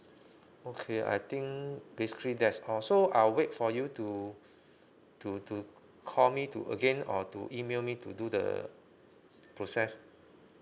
okay I think basically that's all so I'll wait for you to to to call me to again or to email me to do the